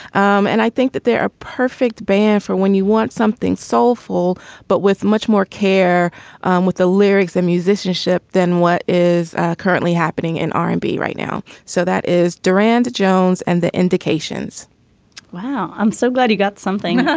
um and i think that they're a perfect band for when you want something soulful but with much more care um with the lyrics and musicianship than what is currently happening in rb and right now. so that is duran jones and the indications wow. i'm so glad he got something